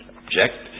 object